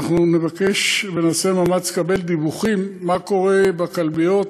אנחנו נבקש ונעשה מאמץ לקבל דיווחים מה קורה בכלביות,